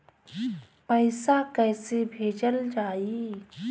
पैसा कैसे भेजल जाइ?